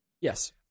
Yes